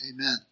Amen